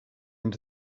into